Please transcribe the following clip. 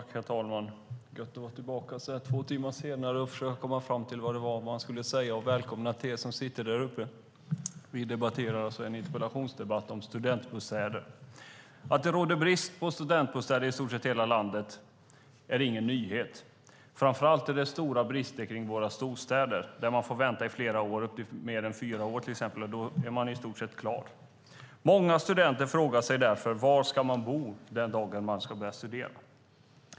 Herr talman! Det känns bra att vara tillbaka i kammaren så här två timmar senare och försöka komma fram till vad det var man skulle säga. Jag vill också säga välkomna till er som sitter uppe på läktaren. Vi debatterar alltså en interpellation om studentbostäder. Att det i stort sett råder brist på studentbostäder i hela landet är ingen nyhet. Framför allt är det stora brister i våra storstäder där man får vänta i flera år, till exempel i mer än fyra år, och då är man ofta klar med sina studier. Många studenter frågar sig därför: Var ska man bo den dag man ska börja studera?